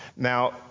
Now